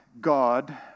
God